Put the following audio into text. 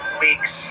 weeks